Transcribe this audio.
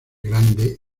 grande